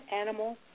animal